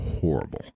horrible